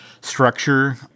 structure